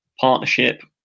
partnership